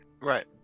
right